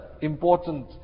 important